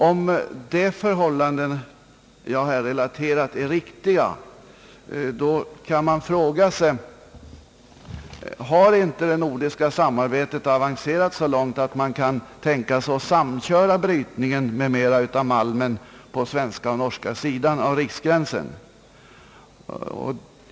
Om de förhållanden jag här relaterat är riktiga blir frågan: Har inte det nordiska samarbetet avancerat så långt att man kan tänka sig att samköra brytningen m.m. av malmen på svenska och norska sidan av riksgränsen?